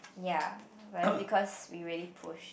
ya but that's because we really pushed